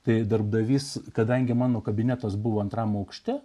tai darbdavys kadangi mano kabinetas buvo antram aukšte